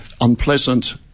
unpleasant